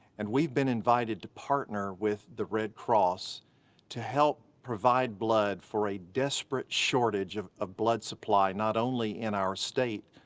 and we've been invited to partner with the red cross to help provide blood for a desperate shortage of of blood supply not only in our state,